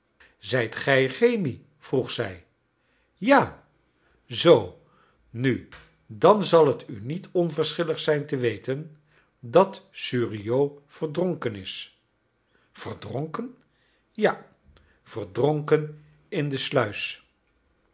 zijt gij rémi vroeg zij ja zoo nu dan zal het u niet onverschillig zijn te weten dat suriot verdronken is verdronken ja verdronken in de sluis